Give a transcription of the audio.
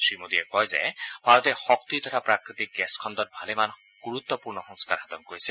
শ্ৰীমোদীয়ে কয় যে ভাৰতে শক্তি তথা প্ৰাকৃতিক গেছ খণ্ডত ভালেমান গুৰুত্বূৰ্ণ সংস্কাৰ সাধন কৰিছে